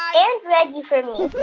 and reggie for me